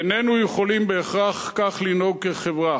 איננו יכולים בהכרח כך לנהוג כחברה.